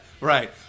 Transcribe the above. Right